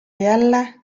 jälle